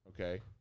Okay